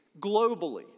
globally